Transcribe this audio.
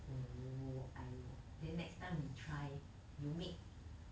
oh !aiyo! then next time we try you make